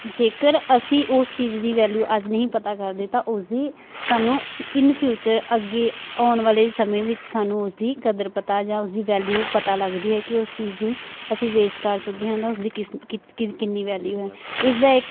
ਜੇਕਰ ਅਸੀਂ ਉਸ ਚੀਜ਼ ਦੀ ਵੈਲਿਊ ਅੱਜ ਨਹੀਂ ਪਤਾ ਕਰਦੇ ਤਾਂ ਉਸਦੀ ਸਾਨੂੰ ਇੰਨਫਿਊਚਰ ਅੱਗੇ ਆਉਣ ਵਾਲੇ ਸਮੇਂ ਵਿੱਚ ਸਾਨੂੰ ਉਸਦੀ ਕਦਰ ਪਤਾ ਜਾਂ ਉਸਦੀ ਵੈਲਿਊ ਪਤਾ ਲੱਗਦੀ ਹੈ ਕਿ ਉਸ ਚੀਜ਼ ਨੂੰ ਅਸੀਂ ਵੇਸਟ ਕਰ ਚੁੱਕੇ ਹਾਂ ਤਾਂ ਉਸਦੀ ਕਿੰਨੀ ਵੈਲਿਊ ਹੈ ਇਸਦਾ ਇੱਕ